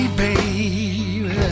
baby